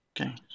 Okay